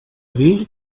dir